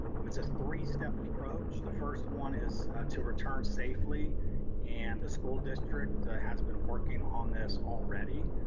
um it's a three step approach. the first one is to return safely and the school district has been working on this already,